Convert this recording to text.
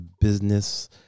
business